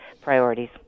priorities